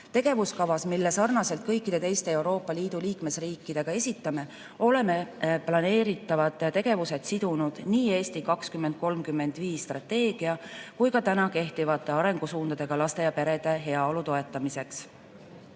Tegevuskavas, mille sarnaselt kõikide teiste Euroopa Liidu liikmesriikidega esitame, oleme planeeritavad tegevused sidunud nii "Eesti 2035" strateegia kui ka täna kehtivate arengusuundadega laste ja perede heaolu toetamiseks. Selle